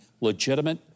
legitimate